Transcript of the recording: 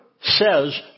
says